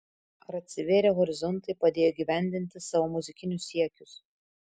ar atsivėrę horizontai padėjo įgyvendinti savo muzikinius siekius